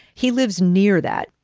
he lives near that.